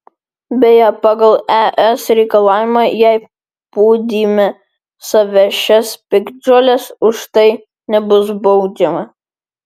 beje pagal es reikalavimą jei pūdyme suvešės piktžolės už tai nebus baudžiama